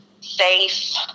safe